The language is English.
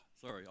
sorry